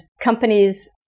companies